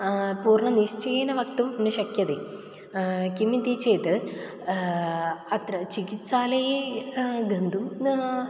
पूर्णनिश्चयेन वक्तुं न शक्यते किमिति चेत् अत्र चिकित्सालये गन्तुं न